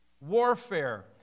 warfare